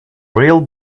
real